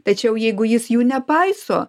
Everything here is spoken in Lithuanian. tačiau jeigu jis jų nepaiso